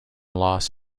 loss